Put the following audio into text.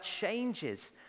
changes